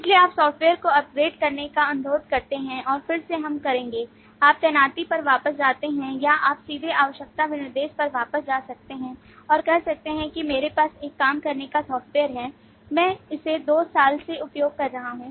इसलिए आप सॉफ़्टवेयर को अपग्रेड करने का अनुरोध करते हैं और फिर से हम करेंगे आप तैनाती पर वापस जाते हैं या आप सीधे आवश्यकता विनिर्देश पर वापस जा सकते हैं और कह सकते हैं कि मेरे पास एक काम करने वाला सॉफ्टवेयर है मैं इसे 2 साल से उपयोग कर रहा हूं